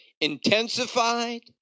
intensified